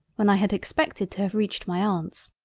when i had expected to have reached my aunts.